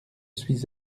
suis